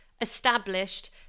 established